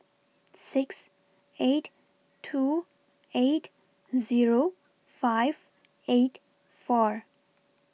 six eight two eight Zero five eight four